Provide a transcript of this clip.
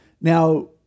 Now